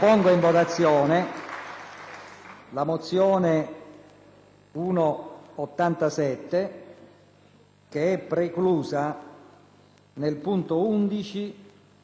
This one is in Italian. che è preclusa nella parte del punto 11) che recita: «nonché la previsione che nell'ambito del principio di autodeterminazione è ammessa